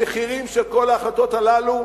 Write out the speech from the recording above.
המחירים של כל ההחלטות הללו,